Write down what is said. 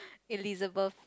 Elizabeth